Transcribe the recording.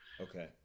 Okay